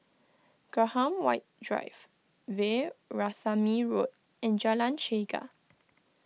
Graham White Drive Veerasamy Road and Jalan Chegar